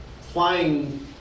flying